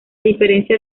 diferencia